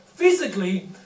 Physically